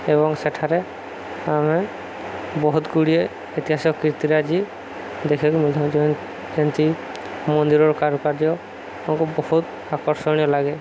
ଏବଂ ସେଠାରେ ଆମେ ବହୁତ ଗୁଡ଼ିଏ ଇତିହାସିକ କୀର୍ତ୍ତିରେ ଆଜି ଦେଖିବାକୁ ମିଳିଥାଉ ଯେନ୍ତି ମନ୍ଦିରର କାରୁକାର୍ଯ୍ୟ ଆମକୁ ବହୁତ ଆକର୍ଷଣୀୟ ଲାଗେ